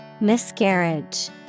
Miscarriage